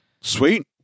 Sweet